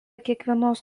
kiekvienos